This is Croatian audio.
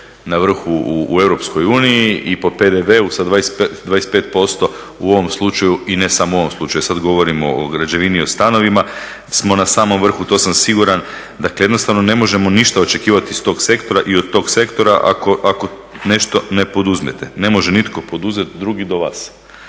na vrhu u Europskoj uniji i po PDV-u sa 25% u ovom slučaju i ne samo ovom slučaju, sad govorimo o građevini i o stanovima, smo na samom vrhu, to sam siguran. Dakle jednostavno ne možemo ništa očekivat iz tog sektora i od tog sektora ako nešto ne poduzmete. Ne može nitko poduzet drugi do vas.